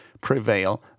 prevail